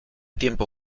tiempo